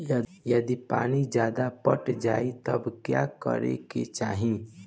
यदि पानी ज्यादा पट जायी तब का करे के चाही?